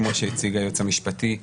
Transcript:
כמו שהציג היועץ המשפטי,